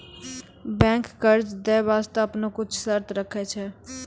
बैंकें कर्जा दै बास्ते आपनो कुछ शर्त राखै छै